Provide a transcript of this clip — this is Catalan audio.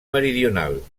meridional